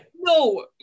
No